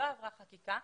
לא עברה חקיקה.